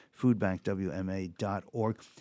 foodbankwma.org